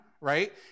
right